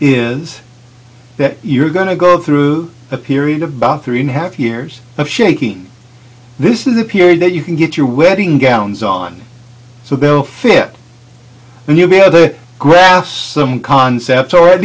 is that you're going to go through a period of about three and a half years of shaking this is the period that you can get your wedding gowns on so they'll fit and you'll be on the graph some concepts or at